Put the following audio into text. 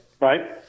right